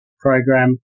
program